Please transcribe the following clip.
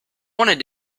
wanted